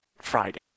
friday